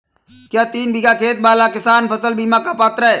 क्या तीन बीघा खेत वाला किसान फसल बीमा का पात्र हैं?